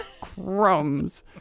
crumbs